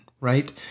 right